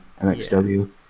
MXW